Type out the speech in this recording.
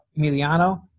Emiliano